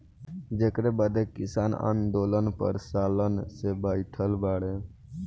जेकरे बदे किसान आन्दोलन पर सालन से बैठल बाड़े